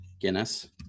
Guinness